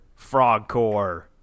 Frogcore